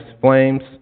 flames